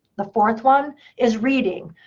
the fourth one is reading.